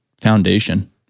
foundation